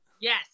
Yes